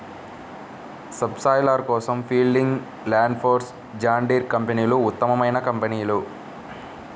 sub soiler కోసం Fieldking, Landforce, John Deere కంపెనీలు ఉత్తమమైన కంపెనీలు